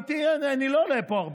אני לא עולה לפה הרבה.